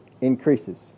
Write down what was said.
increases